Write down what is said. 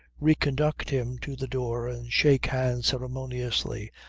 reconduct him to the door and shake hands ceremoniously.